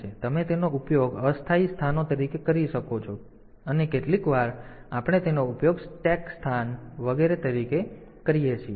તેથી તમે તેનો ઉપયોગ અસ્થાયી સ્થાનો તરીકે કરી શકો છો અને કેટલીકવાર આપણે તેનો ઉપયોગ સ્ટેક સ્થાન વગેરે તરીકે કરીએ છીએ